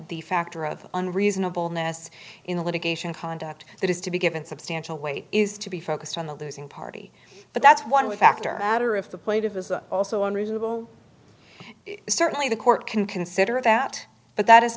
the factor of unreasonable ness in the litigation conduct that is to be given substantial weight is to be focused on the losing party but that's one way factor matter if the plaintiff is a also unreasonable certainly the court can consider that but that is